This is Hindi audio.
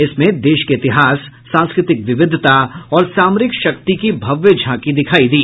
इसमें देश के इतिहास सांस्कृतिक विविधता और सामरिक शक्ति की भव्य झांकी दिखाई दी